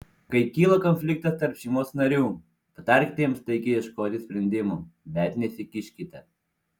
kai kyla konfliktas tarp šeimos narių patarkite jiems taikiai ieškoti sprendimo bet nesikiškite